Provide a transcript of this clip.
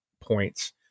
points